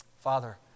Father